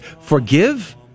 forgive